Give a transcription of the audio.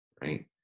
Right